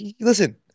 Listen